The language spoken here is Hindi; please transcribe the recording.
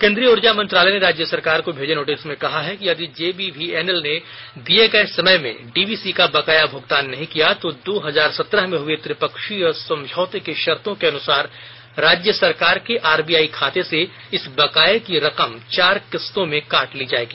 केन्द्रीय ऊर्जा मंत्रालय ने राज्य सरकार को भेजे र्नोटिस में कहा है कि यदि जेबीवीएनएल ने दिये गए समय में डीवीसी का बकाया भुगतान नहीं किया तो दो हजार सत्रह में हए त्रिपक्षीय समझौते की शर्तो के अनुसार राज्य सरकार के आरबीआई खाते से इस बकाये की रकम चार किस्तों में काट ली जायेगी